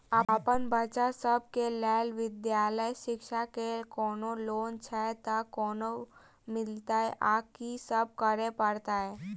अप्पन बच्चा सब केँ लैल विधालय शिक्षा केँ कोनों लोन छैय तऽ कोना मिलतय आ की सब करै पड़तय